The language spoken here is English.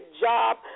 job